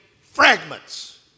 fragments